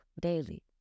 daily